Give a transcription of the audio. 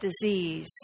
disease